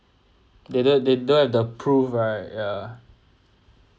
they don't have they don't have the proof right ya